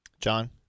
John